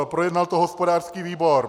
Projednal to hospodářský výbor.